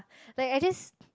like I just